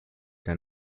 der